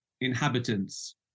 inhabitants